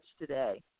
today